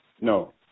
no